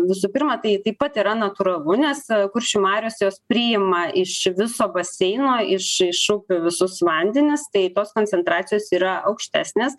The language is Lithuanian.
visų pirma tai taip pat yra natūralu nes kuršių marios jos priima iš viso baseino iš iš upių visus vandenis tai tos koncentracijos yra aukštesnės